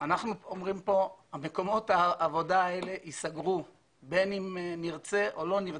אנחנו אומרים כאן שמקומות העבודה האלה ייסגרו בין אם נרצה או לא נרצה.